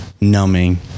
numbing